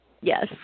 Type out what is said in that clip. Yes